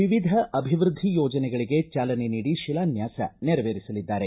ವಿವಿಧ ಅಭಿವ್ದದ್ದಿ ಯೋಜನೆಗಳಗೆ ಚಾಲನೆ ನೀಡಿ ಶಿಲಾನ್ವಾಸ ನೆರವೇರಿಸಲಿದ್ದಾರೆ